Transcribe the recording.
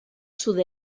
sud